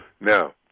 Now